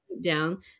down